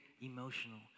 emotional